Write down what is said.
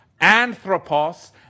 Anthropos